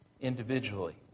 individually